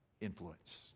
influence